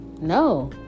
no